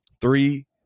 three